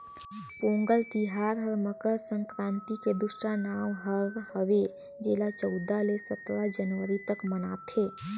पोगंल तिहार हर मकर संकरांति के दूसरा नांव हर हवे जेला चउदा ले सतरा जनवरी तक मनाथें